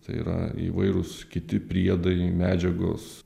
tai yra įvairūs kiti priedai medžiagos